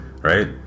right